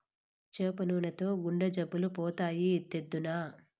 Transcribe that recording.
చేప నూనెతో గుండె జబ్బులు పోతాయి, తెద్దునా